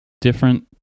different